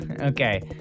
Okay